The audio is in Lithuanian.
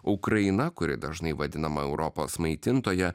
ukraina kuri dažnai vadinama europos maitintoja